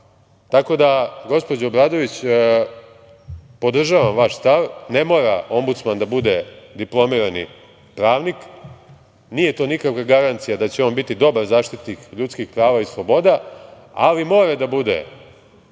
da, gospođo Obradović, podržavam vaš stav. Ne mora Ombudsman da bude diplomirani pravnik. Nije to nikakva garancija da će on biti dobar zaštitnik ljudskih prava i sloboda, ali mora da bude